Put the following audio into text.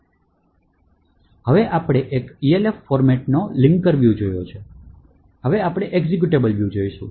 હવે આપણે એક Elf ફોર્મેટનો લિંકર વ્યૂ જોયો છે હવે આપણે એક્ઝેક્યુટેબલ વ્યુ જોઈશું